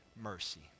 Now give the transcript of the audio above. mercy